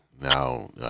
Now